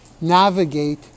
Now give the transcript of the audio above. navigate